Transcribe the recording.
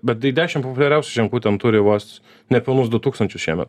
bet tai dešim populiariausių ženklų ten turi vos nepilnus du tūkstančius šiemet